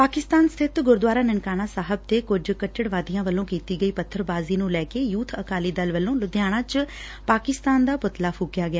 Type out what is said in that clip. ਪਾਕਿਸਤਾਨ ਸਬਿਤ ਗੁਰਦੂਆਰਾ ਨਨਕਾਣਾ ਸਾਹਿਬ ਤੇ ਕੁਝ ਕੱਟੜਵਾਦੀਆਂ ਵੱਲੋਂ ਕੀਤੀ ਗਈ ਪੱਬਰਬਾਜ਼ੀ ਨੂੰ ਲੈ ਕੇ ਯੂਬ ਅਕਾਲੀ ਦਲ ਵੱਲੋਂ ਲੁਧਿਆਣਾ ਵਿੱਚ ਪਾਕਿਸਤਾਨ ਦਾ ਪੁਤਲਾ ਫੂਕਿਆ ਗਿਆ